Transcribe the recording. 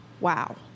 wow